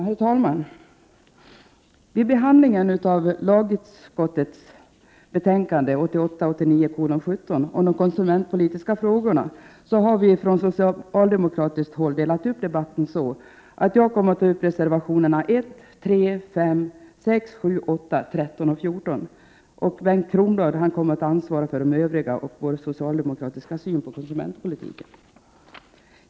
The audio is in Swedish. Herr talman! Vid behandlingen av lagutskottets betänkande 1988/89:17 om de konsumentpolitiska frågorna har vi från socialdemokratiskt håll delat upp debatten så, att jag kommer att ta upp reservationerna 1,3, 5,6, 7,8, 13 och 14, medan Bengt Kronblad ansvarar för de övriga och för vår socialdemokratiska syn på konsumentpolitiken.